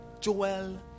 Joel